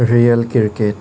real cricket